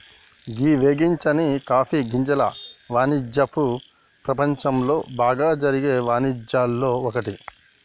గీ వేగించని కాఫీ గింజల వానిజ్యపు ప్రపంచంలో బాగా జరిగే వానిజ్యాల్లో ఒక్కటి